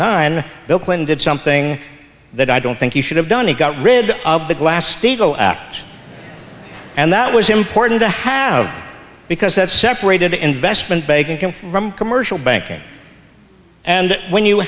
nine bill clinton did something that i don't think you should have done it got rid of the glass steagall act and that was important to have because that separated investment banking from commercial banking and when you